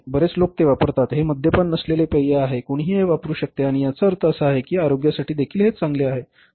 बरेच लोक ते वापरतात हे मद्यपान नसलेले पेय आहे कोणीही हे वापरू शकते आणि याचा अर्थ असा आहे की आरोग्यासाठी देखील हे चांगले आहे